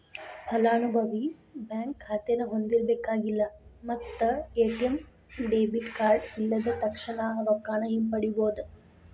ಫಲಾನುಭವಿ ಬ್ಯಾಂಕ್ ಖಾತೆನ ಹೊಂದಿರಬೇಕಾಗಿಲ್ಲ ಮತ್ತ ಎ.ಟಿ.ಎಂ ಡೆಬಿಟ್ ಕಾರ್ಡ್ ಇಲ್ಲದ ತಕ್ಷಣಾ ರೊಕ್ಕಾನ ಹಿಂಪಡಿಬೋದ್